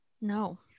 No